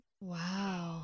Wow